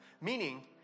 meaning